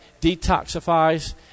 detoxifies